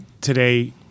today –